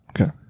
Okay